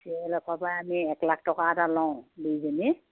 C এল এফৰ পৰা আমি এক লাখ টকা এটা লও দুইজয়েনী